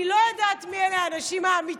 אני לא יודעת מי אלה האנשים האמיצים,